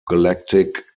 galactic